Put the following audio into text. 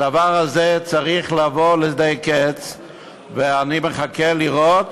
הדבר הזה צריך לבוא לידי קץ, ואני מחכה לראות